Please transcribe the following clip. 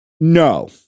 No